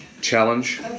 challenge